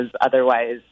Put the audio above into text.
otherwise